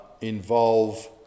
involve